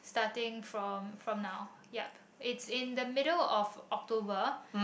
starting from from now yup it in the middle of the October